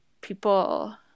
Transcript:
people